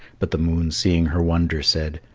but the moon seeing her wonder said,